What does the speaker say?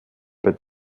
bei